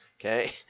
Okay